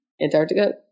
Antarctica